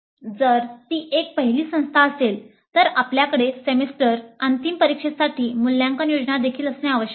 जर ती एक पहिली संस्था असेल तर आमच्याकडे सेमिस्टर अंतिम परीक्षेसाठी मूल्यांकन योजना देखील असणे आवश्यक आहे